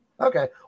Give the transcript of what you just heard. Okay